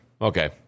Okay